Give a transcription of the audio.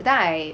that time I